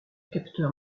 capteur